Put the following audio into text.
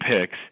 picks